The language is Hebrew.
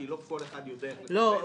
כי לא כל אחד יודע איך לחפש --- לא,